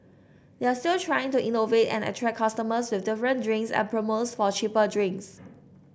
they're still trying to innovate and attract customers with different drinks and promos for cheaper drinks